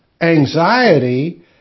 anxiety